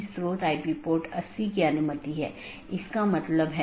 यह कनेक्टिविटी का तरीका है